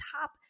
top